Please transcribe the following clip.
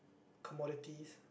commodities